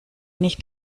nicht